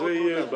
אבל זה יהיה